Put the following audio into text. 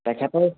তেখেতৰ